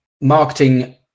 marketing